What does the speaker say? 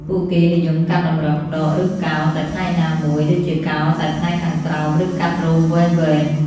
ពួកគេនិយមកាត់តម្រឹម ដក ឬកោរតែផ្នែកណាមួយ (ដូចជាកោរតែផ្នែកខាងក្រោម ឬកាត់រោមវែងៗ)។